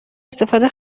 استفاده